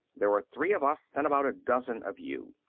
there are three of us and about a dozen of you.